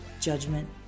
Judgment